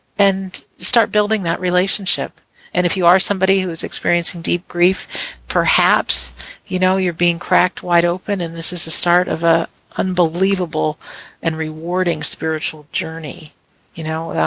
and start building that relationship and if you are somebody who is experiencing deep grief perhaps you know you're being cracked wide open and this is the start of a unbelievable and rewarding spiritual journey you know